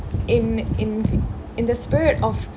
in in the in the spirit of